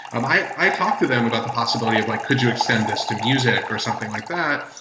um i i talked to them about the possibility of like, could you extent this to music, or something like that?